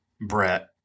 Brett